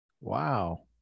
Wow